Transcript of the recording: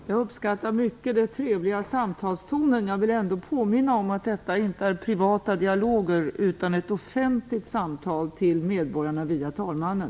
Jag uppskattar mycket den trevliga samtalstonen, men jag vill ändå påminna om att detta inte är privata dialoger utan ett offentligt samtal till medborgarna via talmannen.